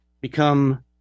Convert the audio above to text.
become